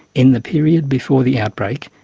in the period before the outbreak,